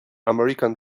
american